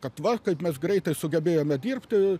kad va kaip mes greitai sugebėjome dirbti